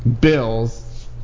bills